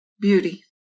Beauty